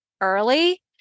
early